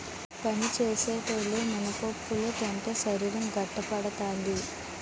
పని సేసేటోలు మినపప్పులు తింటే శరీరం గట్టిపడతాది